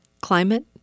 Climate